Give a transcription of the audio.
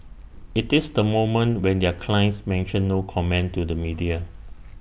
IT is the moment when their clients mention no comment to the media